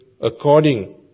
according